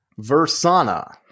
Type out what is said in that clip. Versana